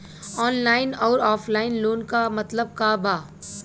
Online अउर offline loan क मतलब का बा?